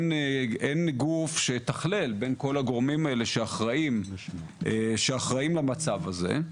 אין גוף שיתכלל בין כל הגורמים האלה שאחראיים למצב הזה,